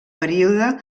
període